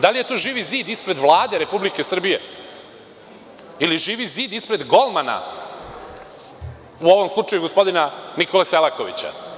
Da li je to živi zid ispred Vlade Republike Srbije ili živi zid ispred golmana, u ovom slučaju gospodina Nikole Selakovića?